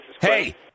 Hey